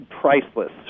Priceless